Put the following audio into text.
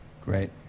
Great